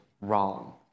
wrong